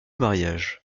mariages